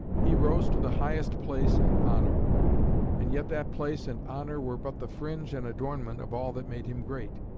he rose to the highest place and honour and yet that place and honour were but the fringe and adornment of all that made him great.